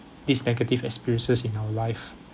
these negative experiences in our life